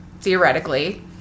theoretically